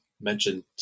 mentioned